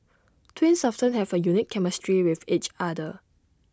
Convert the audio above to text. twins often have A unique chemistry with each other